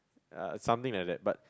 uh something like that but